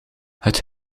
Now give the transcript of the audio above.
het